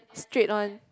straight one